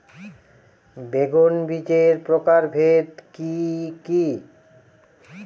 বেগুন বীজের প্রকারভেদ কি কী?